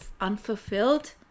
unfulfilled